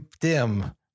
dim